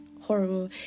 horrible